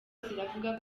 zivuga